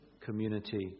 community